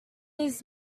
his